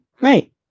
Right